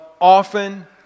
often